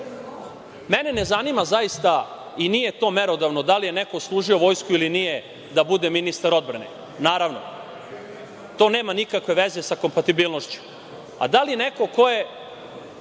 ne zanima zaista i nije to merodavno da li je neko služio vojsku ili nije da bude ministar odbrane. To nema nikakve veze sa kompatibilnošću. Da li neko ko je